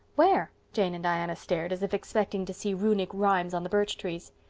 where? jane and diana stared, as if expecting to see runic rhymes on the birch trees.